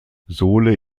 sohle